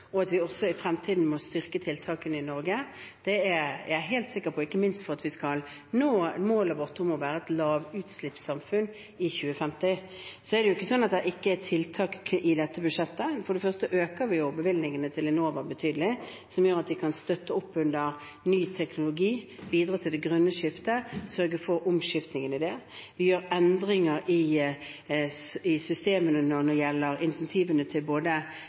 og at vi også i fremtiden må styrke tiltakene i Norge. Det er jeg helt sikker på, ikke minst for at vi skal nå målet vårt om å være et lavutslippssamfunn i 2050. Så er det ikke slik at det ikke er tiltak i dette budsjettet. For det første øker vi bevilgningene til Enova betydelig, som gjør at de kan støtte opp under ny teknologi videre til det grønne skiftet og sørge for omskiftninger der. Vi gjør endringer i systemet når det gjelder incentiver til